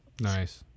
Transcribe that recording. Nice